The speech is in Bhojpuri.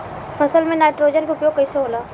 फसल में नाइट्रोजन के उपयोग कइसे होला?